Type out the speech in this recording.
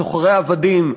סוחרי עבדים,